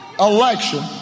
...election